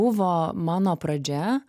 buvo mano pradžia